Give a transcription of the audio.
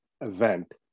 event